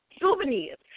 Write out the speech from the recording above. Souvenirs